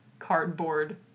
cardboard